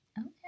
Okay